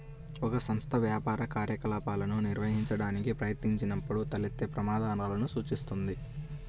ఒక సంస్థ వ్యాపార కార్యకలాపాలను నిర్వహించడానికి ప్రయత్నించినప్పుడు తలెత్తే ప్రమాదాలను సూచిస్తుంది